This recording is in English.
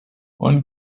one